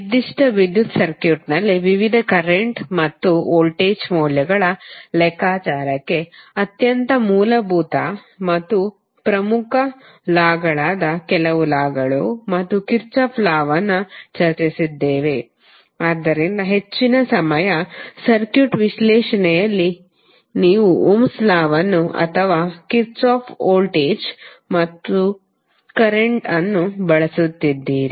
ನಿರ್ದಿಷ್ಟ ವಿದ್ಯುತ್ ಸರ್ಕ್ಯೂಟ್ನಲ್ಲಿ ವಿವಿಧ ಕರೆಂಟ್ ಮತ್ತು ವೋಲ್ಟೇಜ್ ಮೌಲ್ಯಗಳ ಲೆಕ್ಕಾಚಾರಕ್ಕೆ ಅತ್ಯಂತ ಮೂಲಭೂತ ಮತ್ತು ಪ್ರಮುಖವಾದ ಲಾಗಳಾದ ಕೆಲವು ಲಾಗಳು ಮತ್ತು ಕಿರ್ಚಾಫ್ ಲಾವನ್ನು ಚರ್ಚಿಸಿದ್ದೇವೆ ಆದ್ದರಿಂದ ಹೆಚ್ಚಿನ ಸಮಯ ಸರ್ಕ್ಯೂಟ್ ವಿಶ್ಲೇಷಣೆಯಲ್ಲಿ ನೀವು ಓಮ್ಸ್ ಲಾ ಅಥವಾ ಕಿರ್ಚಾಫ್ ವೋಲ್ಟೇಜ್ ಅಥವಾ ಕರೆಂಟ್ಅನ್ನು ಬಳಸುತ್ತಿದ್ದೀರಿ